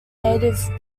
native